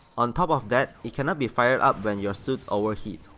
on top of that, it cannot be fired up when your suits overheat,